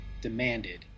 demanded